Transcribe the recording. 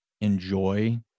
enjoy